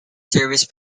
services